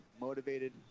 motivated